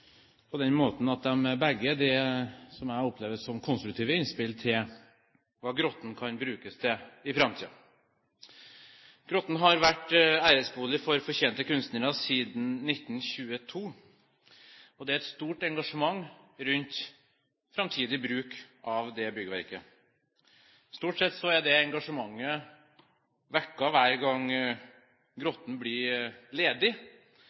på hverandre, på den måten at begge, slik jeg opplever det, er konstruktive innspill til hva Grotten kan brukes til i framtiden. Grotten har vært æresbolig for fortjente kunstnere siden 1922, og det er et stort engasjement rundt framtidig bruk av dette byggverket. Stort sett blir det engasjementet vekket hver gang Grotten blir ledig